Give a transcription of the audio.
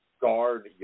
guard